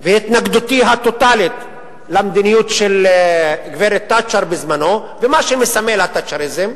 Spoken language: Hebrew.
והתנגדותי הטוטלית למדיניות של גברת תאצ'ר בזמנו ולמה שמסמל התאצ'ריזם,